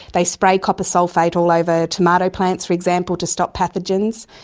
they spray copper sulphate all over tomato plants, for example, to stop pathogens.